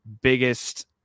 biggest